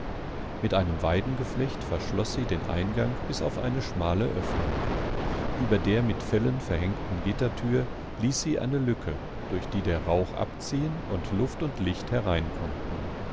mit einem weidengeflecht verschloß sie den eingang bis auf eine schmale öffnung über der mit fellen verhängten gittertür ließ sie eine lücke durch die der rauch abziehen und luft und licht herein